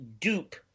dupe